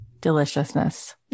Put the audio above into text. deliciousness